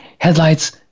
headlights